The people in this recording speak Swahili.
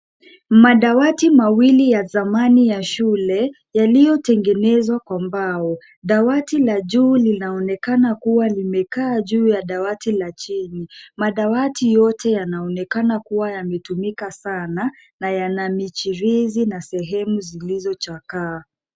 Madawati mawili ya zamani ya shule, yaliyotengenezwa kwa mbao. Dawati la juu linaonekana kuwa limekaa juu ya dawati la chini. Madawati yote yanaonekana kuwa yametumika sana na yana michirizi na sehemu zilizochakaa.